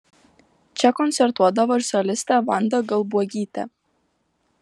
čia koncertuodavo ir solistė vanda galbuogytė